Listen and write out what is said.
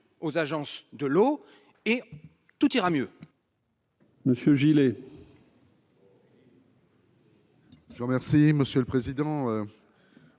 aux agences de l'eau et tout ira mieux.